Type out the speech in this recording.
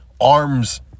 arms